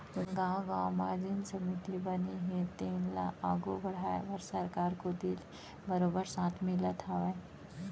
गाँव गाँव म जेन समिति बने हे तेन ल आघू बड़हाय बर सरकार कोती ले बरोबर साथ मिलत हावय